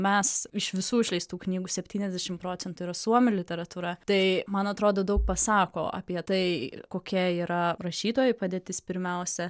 mes iš visų išleistų knygų septyniasdešim procentų yra suomių literatūra tai man atrodo daug pasako apie tai kokia yra rašytojų padėtis pirmiausia